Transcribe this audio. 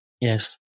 Yes